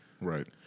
Right